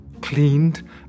cleaned